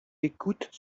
écoutent